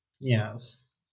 Yes